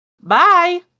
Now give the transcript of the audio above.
Bye